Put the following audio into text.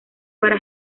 para